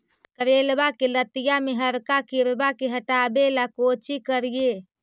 करेलबा के लतिया में हरका किड़बा के हटाबेला कोची करिए?